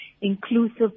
inclusive